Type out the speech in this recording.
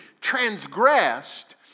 transgressed